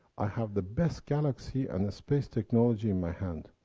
i have the best galaxy and the space technology in my hand.